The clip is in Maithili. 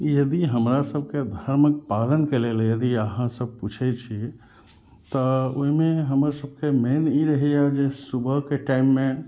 यदि हमरा सबके धर्मक पालनके लेल यदि अहाँ सब पूछै छी तऽ ओहिमे हमर सबके मेन ई रहैया जे सुबहके टाइममे